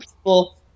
people